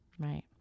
Right